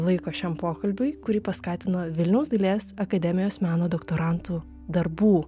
laiko šiam pokalbiui kurį paskatino vilniaus dailės akademijos meno doktorantų darbų